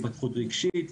התפתחות רגשית,